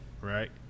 Right